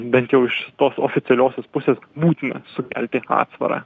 bent jau iš tos oficialiosios pusės būtina sukelti atsvarą